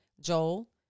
Joel